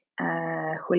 Julia